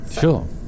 Sure